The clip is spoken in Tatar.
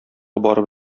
барып